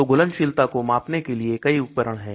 तो घुलनशीलता को मापने के लिए कई उपकरण है